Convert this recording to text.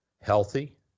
healthy